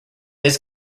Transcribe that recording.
his